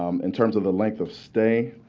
um in terms of the length of stay,